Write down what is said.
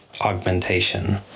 augmentation